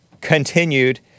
Continued